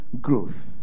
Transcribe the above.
growth